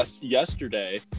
yesterday